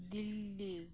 Delhi